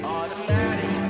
Automatic